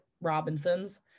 Robinson's